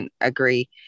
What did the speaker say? agree